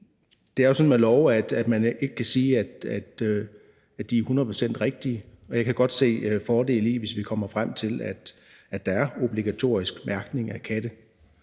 det er jo sådan med love, at man ikke kan sige, at de er hundrede procent rigtige, og jeg kan godt se fordele i, at vi kommer frem til, at der skal være obligatorisk mærkning af katte,